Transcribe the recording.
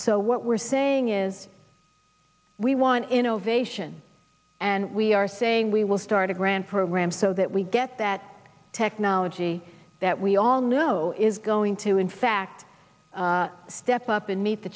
so what we're saying is we want innovation and we are saying we will start a grant program so that we get that technology that we all know is going to in fact step up and meet the